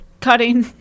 cutting